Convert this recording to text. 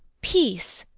peace!